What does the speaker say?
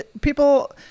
people